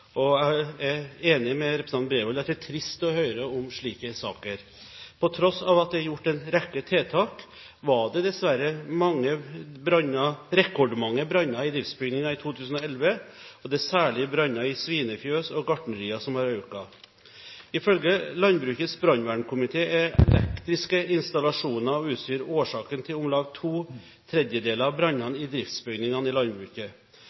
Jeg er enig med representanten Bredvold i at det er trist å høre om slike saker. På tross av at det er gjort en rekke tiltak, var det dessverre rekordmange branner i driftsbygninger i 2011. Det er særlig antall branner i svinefjøs og gartnerier som har økt. Ifølge Landbrukets brannvernkomité er elektriske installasjoner og utstyr årsak til om lag to tredeler av brannene i driftsbygninger i landbruket.